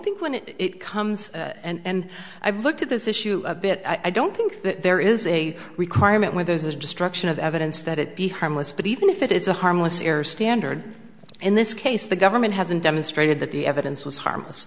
think when it comes and i've looked at this issue a bit i don't think that there is a requirement when there is destruction of evidence that it be harmless but even if it's a harmless error standard in this case the government hasn't demonstrated that the evidence was harmless